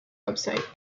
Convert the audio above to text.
website